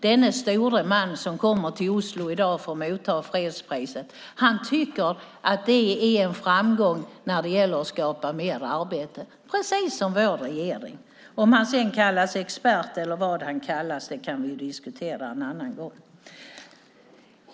Denne store man som kommer till Oslo i dag för att motta fredspriset tycker att det är en framgång när det gäller att skapa arbete, precis som vår regering. Om han sedan kallas expert eller något annat kan vi diskutera en annan gång.